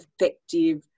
effective